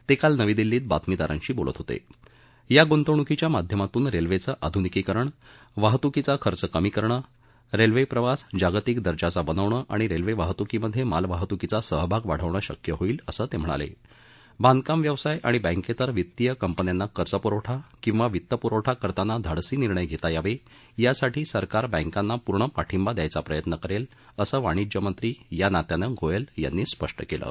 तक्राल नवी दिल्ली क्रि बातमीदारांशी बोलत होत आ गुंतवणुकीच्या माध्यमातून रस्त्विछी आधुनिकीकरण वाहतुकीचा खर्च कमी करण रखित्रिवास जागतिक दर्जाचा बनवणं आणि रखित्रिहतुकीमध्यमिलवाहतुकीचा सहभाग वाढवणं शक्य होईल असं तस्किणाल विंधकाम व्यवसाय आणि बँक्ती वित्तीय कंपन्यांना कर्जपुरवठा किंवा वित्तपुरवठा करताना धाडसी निर्णय घस्ती यावी यासाठी सरकार बँकांना पूर्ण पाठिंबा दख्खाचा प्रयत्न करखीअसं वाणिज्य मंत्री या नात्यानं गोयल यांनी स्पष्ट कळि